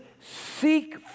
seek